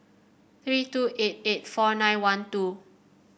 three two eight eight four nine one two